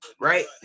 right